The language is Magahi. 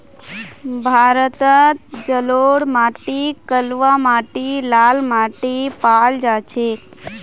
भारतत जलोढ़ माटी कलवा माटी लाल माटी पाल जा छेक